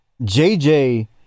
JJ